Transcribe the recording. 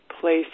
place